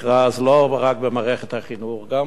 לא רק במערכת החינוך, גם בבריאות,